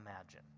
imagine